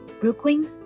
Brooklyn